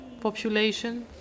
population